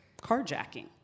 carjacking